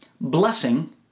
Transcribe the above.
blessing